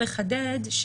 לחדד,